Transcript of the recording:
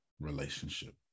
relationship